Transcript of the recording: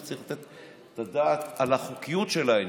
שצריך לתת את הדעת על החוקיות של העניין.